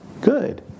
good